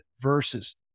verses